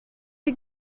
wie